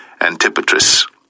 Antipatris